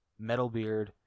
Metalbeard